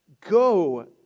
go